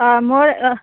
অঁ মই